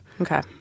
Okay